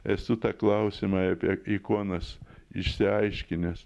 esu tą klausimą apie ikonas išsiaiškinęs